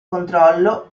controllo